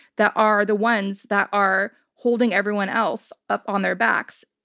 that are the ones that are holding everyone else up on their backs.